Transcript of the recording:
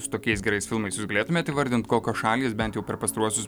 su tokiais gerais filmais jūs galėtumėte įvardinti kokios šalys bent jau per pastaruosius